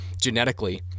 genetically